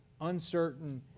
uncertain